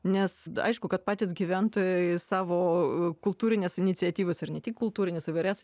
nes aišku kad patys gyventojai savo kultūrines iniciatyvas ir ne tik kultūrines įvairias